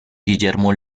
guillermo